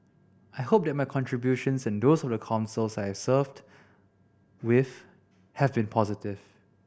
I hope that my contributions and those of the Councils I served with have been positive